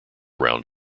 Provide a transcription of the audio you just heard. round